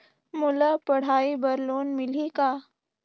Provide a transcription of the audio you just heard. मोला पढ़ाई बर लोन मिलही का?